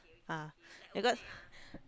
ah because